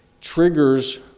triggers